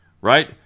right